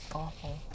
awful